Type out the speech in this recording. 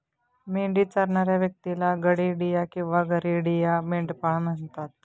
मेंढी चरणाऱ्या व्यक्तीला गडेडिया किंवा गरेडिया, मेंढपाळ म्हणतात